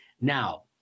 Now